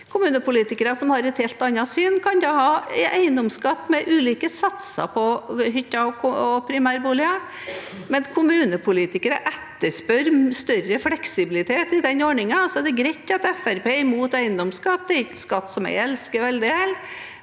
Kommunepolitikere som har et helt annet syn, kan ha eiendomsskatt med ulike satser på hytter og primærboliger. Kommunepolitikere etterspør større fleksibilitet i den ordningen. Det er greit at Fremskrittspartiet er imot eiendomsskatt – det er ikke en skatt som jeg heller elsker